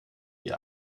wie